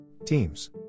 Teams